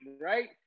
right